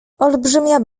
olbrzymia